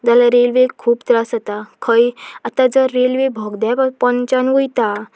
जाल्यार रेल्वेक खूब त्रास जाता खंय आतां जर रेल्वे बोगदे पोंच्यान वयता